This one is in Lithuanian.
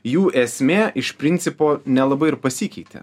jų esmė iš principo nelabai ir pasikeitė